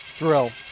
drill.